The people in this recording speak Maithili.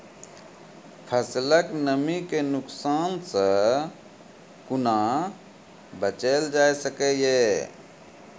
फसलक नमी के नुकसान सॅ कुना बचैल जाय सकै ये?